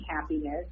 happiness